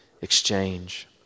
exchange